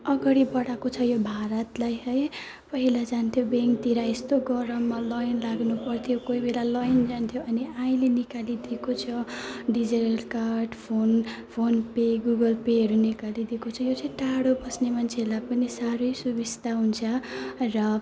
अगाडि बढाएको छ यो भारतलाई है पहिला जान्थ्यो ब्याङ्कतिर यस्तो गरममा लाइन लाग्नु पर्थ्यो कोही बेला लाइन जान्थ्यो अनि अहिले निकालिदिएको छ digital card phone PhonePe Google पेहरू निकालिदिएको छ यो चाहिँ टाढो बस्ने मान्छेहरूलाई पनि साह्रै सुविस्ता हुन्छ र